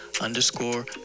UNDERSCORE